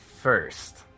First